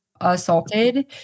assaulted